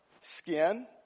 skin